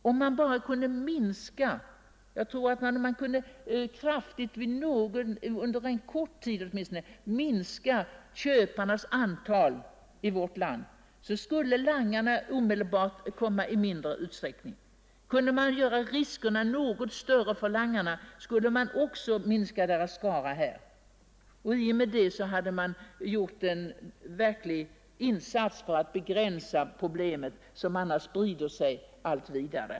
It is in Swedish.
Om man bara kunde minska köparnas antal — åtminstone under en kort tid — skulle langarna omedelbart komma till vårt land i mindre utsträckning än nu. Kunde man alltså göra riskerna för dem något större, skulle därigenom deras skara minska. Detta skulle innebära en verkligt god insats för att begränsa problemet med narkotika, som annars sprider sig alltmer.